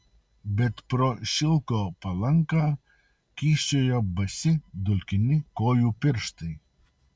bet pro šilko palanką kyščiojo basi dulkini kojų pirštai